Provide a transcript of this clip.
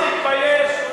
תתבייש.